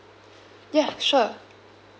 ya sure